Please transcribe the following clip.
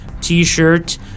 t-shirt